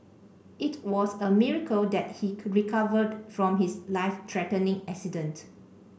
it was a miracle that he recovered from his life threatening accident